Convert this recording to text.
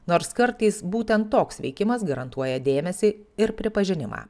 nors kartais būtent toks veikimas garantuoja dėmesį ir pripažinimą